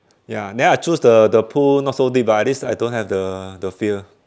ya then I choose the the pool not so deep lah at least I don't have the the fear